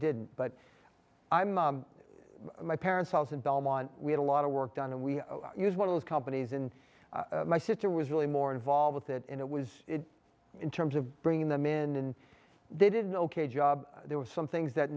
did but i'm my parents house in belmont we had a lot of work done and we used one of those companies and my sister was really more involved with it and it was in terms of bringing them in and they did ok job there was some things that